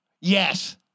Yes